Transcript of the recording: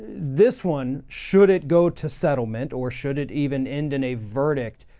this one, should it go to settlement or should it even end in a verdict